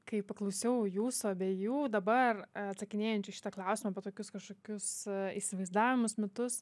kai paklausiau jūsų abiejų dabar atsakinėjančių į šitą klausimą apie tokius kažkokius įsivaizdavimus mitus